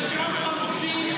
חלקם חמושים,